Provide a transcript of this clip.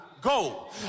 go